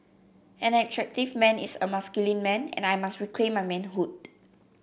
an attractive man is a masculine man and I must reclaim my manhood